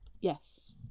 yes